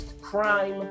crime